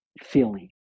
feeling